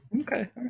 Okay